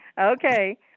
Okay